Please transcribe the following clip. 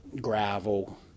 gravel